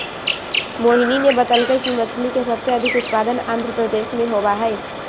मोहिनी ने बतल कई कि मछ्ली के सबसे अधिक उत्पादन आंध्रप्रदेश में होबा हई